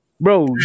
bro